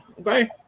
Okay